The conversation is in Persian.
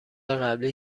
قبلی